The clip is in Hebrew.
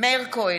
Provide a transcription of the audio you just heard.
מאיר כהן,